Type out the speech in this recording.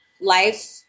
life